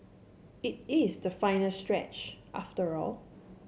it is the final stretch after all